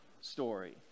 story